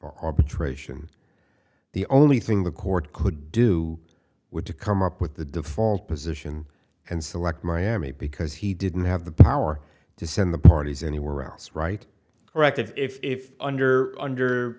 arbitration the only thing the court could do would to come up with the default position and select miami because he didn't have the power to send the parties anywhere else right correct if under under